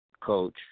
coach